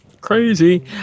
crazy